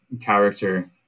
character